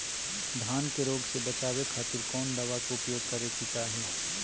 धान के रोग से बचावे खातिर कौन दवा के उपयोग करें कि चाहे?